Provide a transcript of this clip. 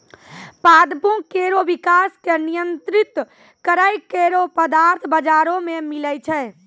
पादपों केरो विकास क नियंत्रित करै केरो पदार्थ बाजारो म मिलै छै